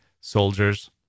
soldiers